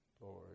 Lord